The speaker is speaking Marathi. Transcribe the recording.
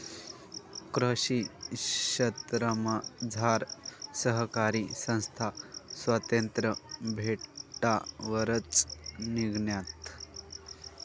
कृषी क्षेत्रमझार सहकारी संस्था स्वातंत्र्य भेटावरच निंघण्यात